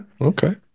Okay